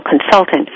consultant